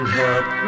help